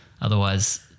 otherwise